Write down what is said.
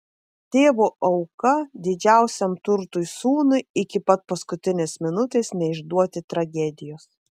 tėvo auka didžiausiam turtui sūnui iki pat paskutinės minutės neišduoti tragedijos